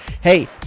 Hey